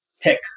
tech